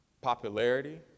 popularity